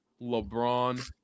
lebron